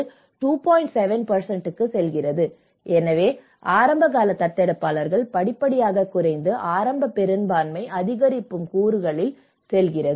7 க்குச் செல்கிறது எனவே ஆரம்பகால தத்தெடுப்பாளர்கள் படிப்படியாகக் குறைந்து ஆரம்ப பெரும்பான்மை அதிகரிக்கும் கூறுகளில் செல்கிறது